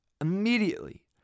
immediately